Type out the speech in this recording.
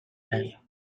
time